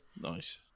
Nice